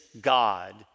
God